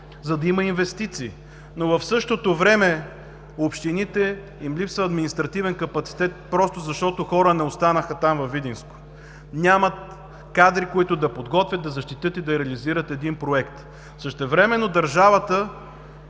за да има инвестиции. Но в същото време на общините им липсва административен капацитет просто защото хора не останаха във Видинско. Нямат кадри, които да подготвят, да защитят и да реализират един проект. Същевременно държавата